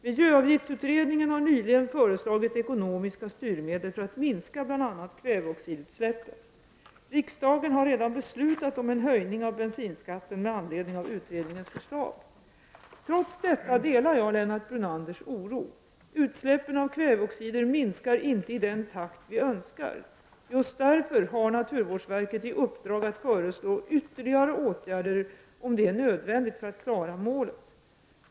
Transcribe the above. Miljöavgiftsutredningen har nyligen föreslagit ekonomiska styrmedel för att minska bl.a. kväveoxidutsläppen. Riksdagen har redan beslutat om en höjning av bensinskatten med anledning av utredningens förslag. Trots detta delar jag Lennart Brunanders oro. Utsläppen av kväveoxider minskar inte i den takt vi önskar. Just därför har naturvårdsverket i uppdrag att föreslå ytterligare åtgärder, om det är nödvändigt för att klara målet.